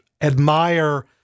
admire